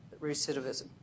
recidivism